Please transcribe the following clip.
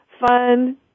fun